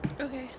Okay